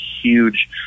huge